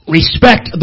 respect